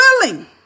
willing